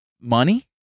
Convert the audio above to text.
money